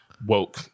woke